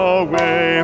away